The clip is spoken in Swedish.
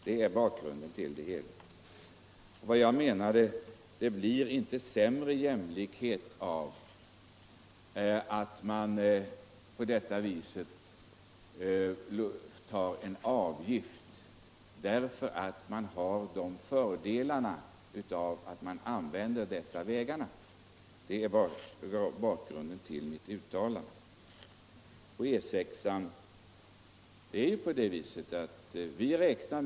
Vad jag menade var att det inte blir någon sämre jämlikhet av att man på detta vis uttar en avgift, eftersom man då har fördelarna att kunna använda dessa vägar. — Detta är bakgrunden till mitt uttalande. Om E 6 vill jag säga följande.